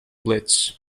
blitz